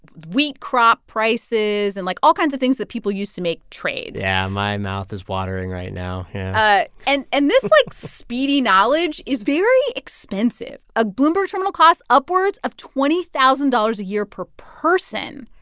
wheat crop prices and, like, all kinds of things that people use to make trade yeah, my mouth is watering right now ah and and this, like, speedy knowledge is very expensive. a bloomberg terminal costs upwards of twenty thousand dollars a year per person,